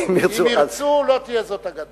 אם ירצו לא תהיה זו אגדה.